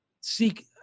seek